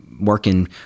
working